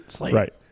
Right